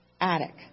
attic